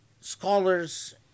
scholars